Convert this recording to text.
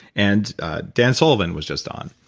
and dan sullivan was just on,